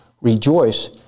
Rejoice